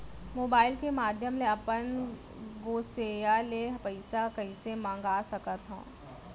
Mobile के माधयम ले अपन गोसैय्या ले पइसा कइसे मंगा सकथव?